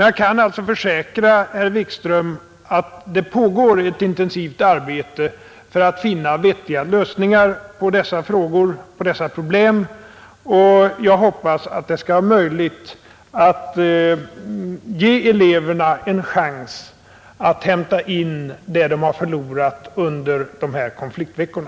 Jag kan alltså försäkra herr Wikström att det pågår ett intensivt arbete för att finna vettiga lösningar på dessa problem. Jag hoppas att det skall bli möjligt att ge eleverna en chans att hämta in vad de förlorat under konfliktveckorna.